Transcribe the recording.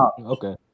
okay